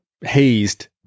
hazed